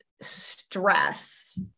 stress